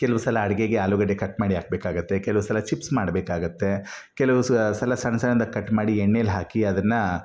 ಕೆಲವು ಸಲ ಅಡುಗೆಗೆ ಆಲೂಗಡ್ಡೆ ಕಟ್ ಮಾಡಿ ಹಾಕ್ಬೇಕಾಗತ್ತೆ ಕೆಲವು ಸಲ ಚಿಪ್ಸ್ ಮಾಡಬೇಕಾಗತ್ತೆ ಕೆಲವು ಸಲ ಸಣ್ಣ ಸಣ್ದಾಗಿ ಕಟ್ ಮಾಡಿ ಎಣ್ಣೆಲಿ ಹಾಕಿ ಅದನ್ನು